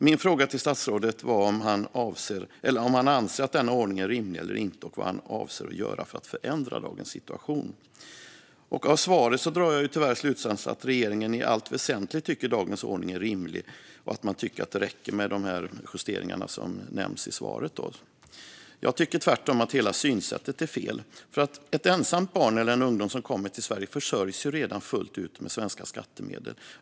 Min fråga till statsrådet var om han anser att denna ordning är rimlig eller inte och vad han avser att göra för att förändra dagens situation. Av svaret drar jag tyvärr slutsatsen att regeringen i allt väsentligt tycker att dagens ordning är rimlig och att man tycker att det räcker med de justeringar som nämns i svaret. Jag tycker tvärtom att hela synsättet är fel. Ett ensamt barn eller en ensam ungdom som kommer till Sverige försörjs nämligen redan fullt ut med svenska skattemedel.